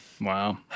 Wow